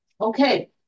Okay